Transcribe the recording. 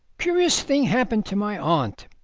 curious thing happened to my aunt,